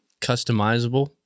customizable